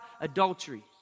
Adultery